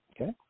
Okay